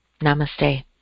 Namaste